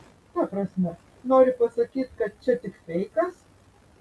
ta prasme nori pasakyt kad čia tik feikas